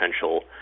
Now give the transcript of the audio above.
potential